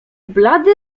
blady